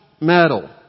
metal